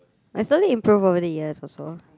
I slowly improve over the years also